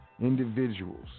individuals